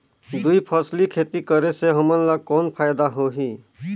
दुई फसली खेती करे से हमन ला कौन फायदा होही?